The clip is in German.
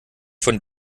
von